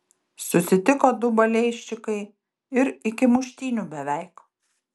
susitiko du balėjščikai ir iki muštynių beveik